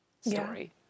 story